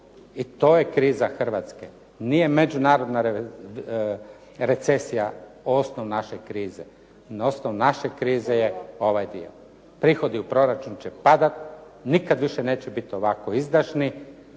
i to je kriza Hrvatske. Nije međunarodne recesija osnov naše krize. Osnov naše krize je ovaj dio. Prihodi u proračun će padati, nikad više neće biti ovako izdašni